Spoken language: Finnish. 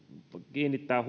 kiinnittää